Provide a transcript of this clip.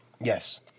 Yes